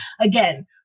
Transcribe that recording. Again